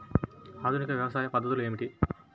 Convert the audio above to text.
ఆధునిక వ్యవసాయ పద్ధతులు ఏమిటి?